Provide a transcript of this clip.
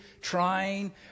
trying